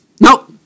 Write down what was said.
Nope